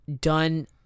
done